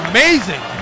Amazing